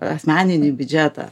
asmeninį biudžetą